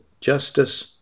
justice